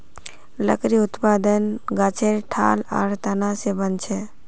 लकड़ी उत्पादन गाछेर ठाल आर तना स बनछेक